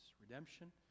redemption